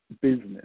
business